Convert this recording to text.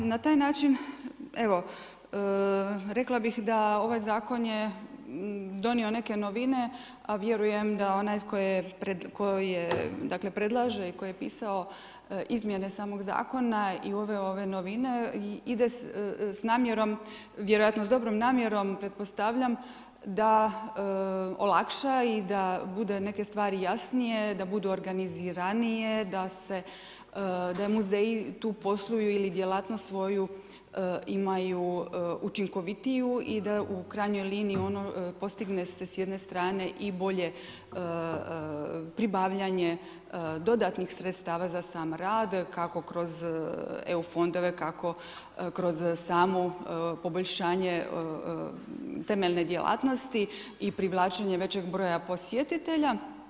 Na taj način, evo, rekla bih da ovaj Zakon je donio neke novine, a vjerujem da onaj tko je dakle, predlaže i tko je pisao izmjene samog Zakona i uveo ove novine ide vjerojatno s dobrom namjerom, pretpostavljam da olakša i da budu neke stvari jasnije, da budu organiziranije, da se, da muzeji tu posluju ili djelatnost svoju imaju učinkovitiju i da u krajnjoj liniji ono postigne se s jedne strane i bolje pribavljanje dodatnih sredstava za sam rad, kako kroz EU fondove, kako kroz samu poboljšanje temeljenje djelatnosti i privlačenje većeg broja posjetitelja.